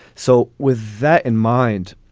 so with that in mind,